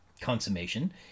consummation